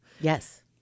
Yes